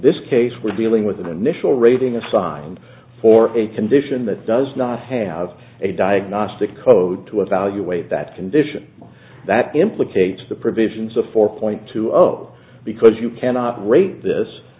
this case we're dealing with an initial rating assigned for a condition that does not have a diagnostic code to evaluate that condition that implicates the provisions of four point two zero because you cannot rate this